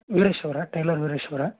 ವೀರೆಶ್ ಅವರಾ ಟೈಲರ್ ವೀರೆಶ್ ಅವರ